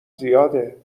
زیاده